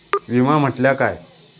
विमा म्हटल्या काय?